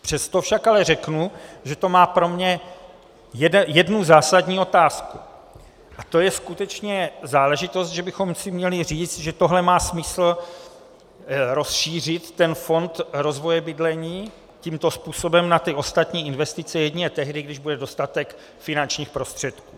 Přesto však ale řeknu, že to má pro mě jednu zásadní otázku, a to je skutečně záležitost, že bychom si měli říct, že tohle má smysl rozšířit, fond rozvoje bydlení, tímto způsobem na ty ostatní investice jedině tehdy, když bude dostatek finančních prostředků.